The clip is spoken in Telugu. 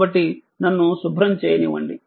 కాబట్టి నన్ను శుభ్రం చేయనివ్వండి